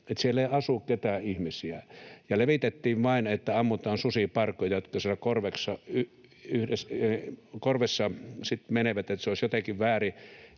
siellä ei asu ketään ihmisiä, ja levitettiin vain sitä, että ammutaan susiparkoja, jotka siellä korvessa menevät, että se olisi jotenkin väärin,